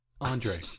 Andre